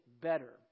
better